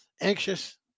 anxious